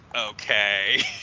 okay